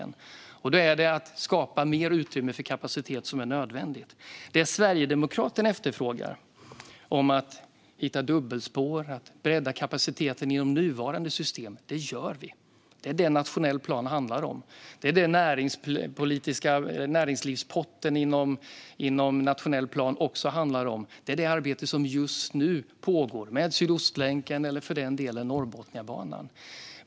Då är det nödvändigt att skapa mer kapacitet. Det Sverigedemokraterna efterfrågar - dubbelspår och att bredda kapaciteten i de nuvarande systemen - gör vi redan. Det är detta som nationell plan handlar om. Det är detta som näringslivspotten i nationell plan också handlar om. Det är det arbete som just nu pågår med Sydostlänken eller för den delen Norrbotniabanan.